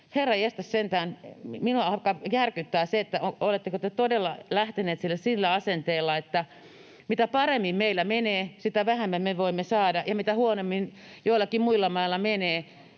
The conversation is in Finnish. alkaa järkyttää, oletteko te todella lähteneet sinne sillä asenteella, että mitä paremmin meillä menee, sitä vähemmän me voimme saada, ja kun joillakin muilla mailla menee